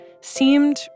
seemed